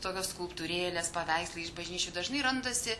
tokios skulptūrėlės paveikslai iš bažnyčių dažnai randasi